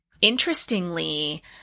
Interestingly